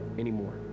Anymore